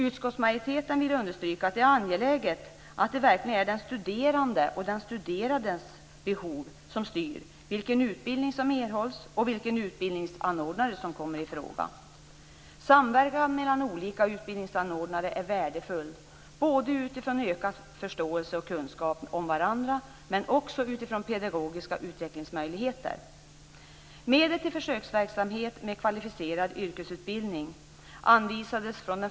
Utskottsmajoriteten vill understryka att det är angeläget att det verkligen är den studerande och den studerandes behov som styr vilken utbildning som erhålls och vilken utbildningsanordnare som kommer i fråga. Samverkan mellan olika utbildningsanordnare är värdefull både för ökad förståelse för och kunskap om varandra och också för pedagogiska utvecklingsmöjligheter.